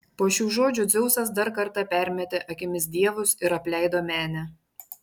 po šių žodžių dzeusas dar kartą permetė akimis dievus ir apleido menę